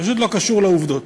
פשוט לא קשור לעובדות.